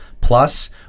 plus